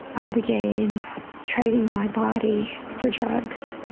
i began trading my body for drugs.